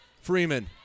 Freeman